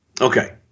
Okay